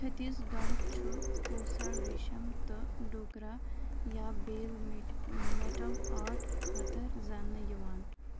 چھٔتیٖس گَڑھٕ چھُ کوسا ریشم تہٕ ڈوگرا یا بیل مےٚ مٮ۪ٹٕل آٹ خٲطٕر زاننہٕ یِوان